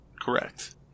Correct